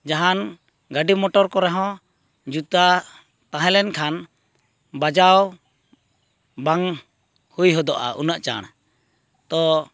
ᱡᱟᱦᱟᱱ ᱜᱟᱹᱰᱤ ᱢᱚᱴᱚᱨ ᱠᱚᱨᱮᱦᱚᱸ ᱡᱩᱛᱟᱹ ᱛᱟᱦᱮᱸᱞᱮᱱᱠᱷᱟᱱ ᱵᱟᱡᱟᱣ ᱵᱟᱝ ᱦᱩᱭ ᱦᱚᱫᱚᱜᱼᱟ ᱩᱱᱟᱹᱜ ᱪᱟᱬ ᱛᱚ